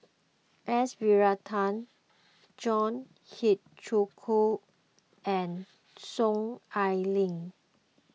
S Varathan John Hitchcock and Soon Ai Ling